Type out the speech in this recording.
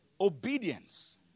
Obedience